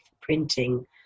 Printing